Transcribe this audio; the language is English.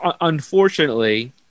unfortunately